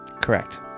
Correct